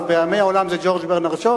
אז אצל עמי העולם זה ג'ורג' ברנרד שו,